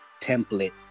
template